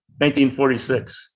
1946